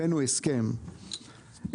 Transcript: הבאנו הסכם,